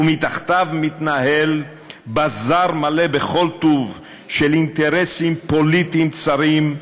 ומתחתיו מתנהל בזאר מלא בכל טוב של אינטרסים פוליטיים צרים,